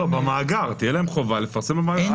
תהיה להם חובה לפרסם במאגר.